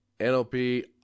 NLP